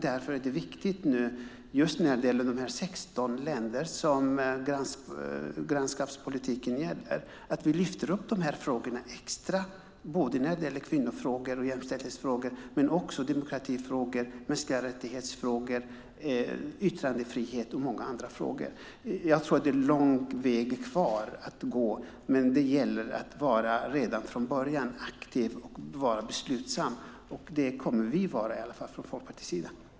Därför är det nu beträffande de 16 länder som grannskapspolitiken gäller viktigt att vi lyfter fram de här frågorna extra, både kvinnofrågor och jämställdhetsfrågor men också frågor om demokrati, mänskliga rättigheter och yttrandefrihet och många andra frågor. Jag tror att det är en lång väg kvar att gå, men det gäller att vara aktiv och beslutsam från början. Det kommer i alla fall Folkpartiet att vara.